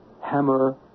Hammer